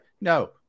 No